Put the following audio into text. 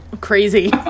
Crazy